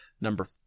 Number